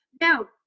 now